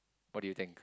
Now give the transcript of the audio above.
what do you think